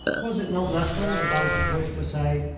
was it not natural that i should wish to say,